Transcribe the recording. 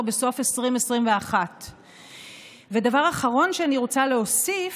בסוף 2021. דבר אחרון אני רוצה להוסיף.